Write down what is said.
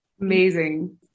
Amazing